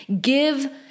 give